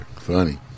Funny